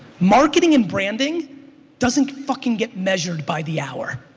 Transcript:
marketing and branding doesn't fucking get measured by the hour.